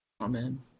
amen